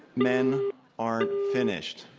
men aren't finished.